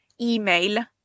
email